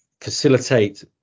facilitate